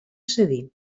cedir